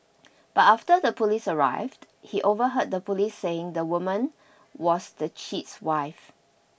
but after the police arrived he overheard the police saying the woman was the cheat's wife